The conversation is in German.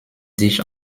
sich